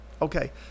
Okay